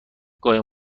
قایم